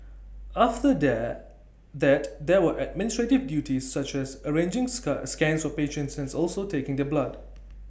after there that there were administrative duties such as arranging scan scans for patients and also taking their blood